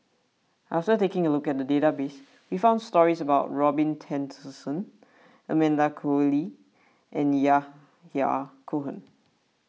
after taking a look at the database we found stories about Robin Tessensohn Amanda Koe Lee and Yahya Cohen